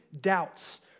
doubts